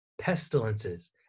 pestilences